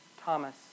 Thomas